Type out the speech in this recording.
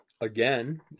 Again